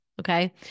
Okay